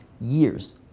years